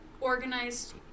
organized